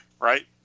Right